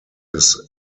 his